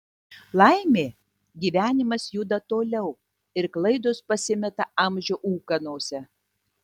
laimė gyvenimas juda toliau ir klaidos pasimeta amžių ūkanose